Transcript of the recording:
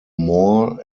moore